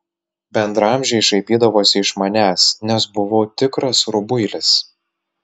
bendraamžiai šaipydavosi iš manęs nes buvau tikras rubuilis